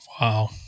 Wow